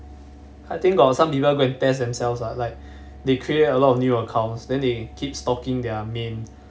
I think got some developer go and test themselves lah like they create a lot of new accounts then they keeps stalking their main